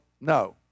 no